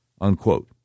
unquote